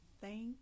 thank